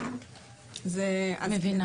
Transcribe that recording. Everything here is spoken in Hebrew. אני מבינה.